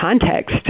context